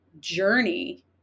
journey